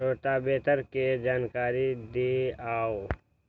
Rotavator के जानकारी दिआउ?